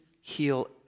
heal